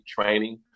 training